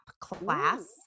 class